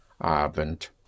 Abend